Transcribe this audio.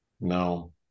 No